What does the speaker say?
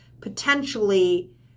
Potentially